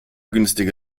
günstige